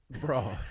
bro